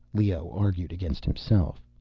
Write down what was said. leoh argued against himself.